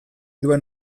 duen